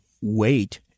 wait